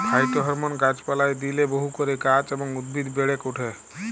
phytohormone গাছ পালায় দিইলে বহু করে গাছ এবং উদ্ভিদ বেড়েক ওঠে